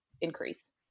increase